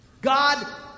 God